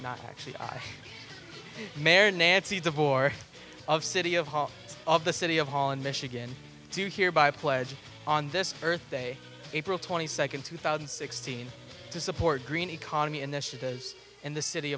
not actually mayor nancy de vore of city of hall of the city of holland michigan due here by a pledge on this earth day april twenty second two thousand and sixteen to support green economy initiatives in the city